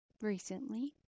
Recently